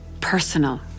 personal